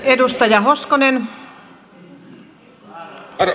arvoisa rouva puhemies